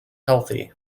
healthy